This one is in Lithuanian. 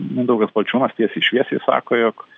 mindaugas balčiūnas tiesiai šviesiai sako jog